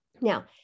Now